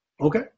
Okay